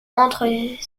entre